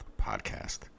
podcast